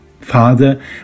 Father